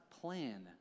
plan